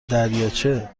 دریاچه